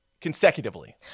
consecutively